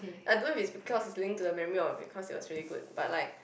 I don't know if it's because it's linked to the memory of it because you are really good but like